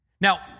Now